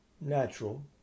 natural